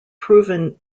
proven